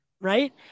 right